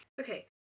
Okay